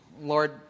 Lord